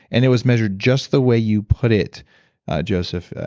and it was measured just the way you put it joseph.